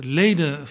leden